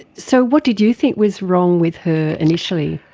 so what did you think was wrong with her initially?